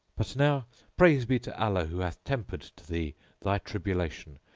but now praise be to allah who hath tempered to thee thy tribulation,